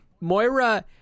Moira